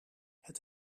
het